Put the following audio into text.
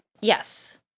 Yes